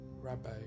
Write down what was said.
rabbi